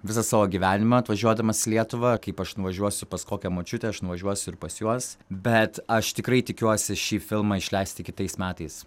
visą savo gyvenimą atvažiuodamas į lietuvą kaip aš nuvažiuosiu pas kokią močiutę aš nuvažiuosiu pas juos bet aš tikrai tikiuosi šį filmą išleisti kitais metais